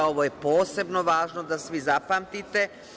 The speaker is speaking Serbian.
Ovo je posebno važno da svi zapamtite.